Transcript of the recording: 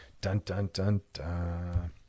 Dun-dun-dun-dun